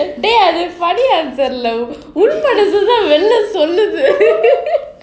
dey it's a funny answer lah உள்மனசுதான் வெளிய சொல்லுது:ulmanasuthaan veliya solluthu